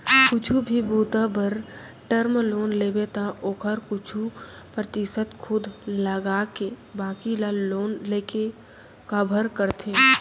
कुछु भी बूता बर टर्म लोन लेबे त ओखर कुछु परतिसत खुद लगाके बाकी ल लोन लेके कभर करथे